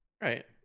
Right